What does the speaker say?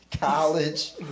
College